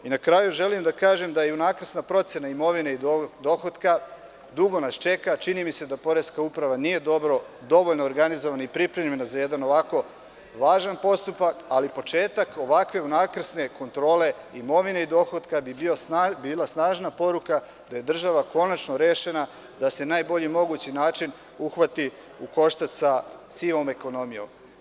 Na kraju želim da kažem da i unakrsna procena imovine i dohotka, dugo nas čeka, jer čini mi se poreska uprava nije dobro i dovoljno organizovana i pripremljena za jedan važan postupak, ali početak ovako unakrsne kontrole imovine i dohotka bi bila snažna poruka da je država konačno rešena, da se na najbolji mogući način uhvati u koštac sa sivom ekonomijom.